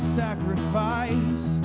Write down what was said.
sacrifice